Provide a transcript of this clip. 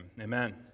Amen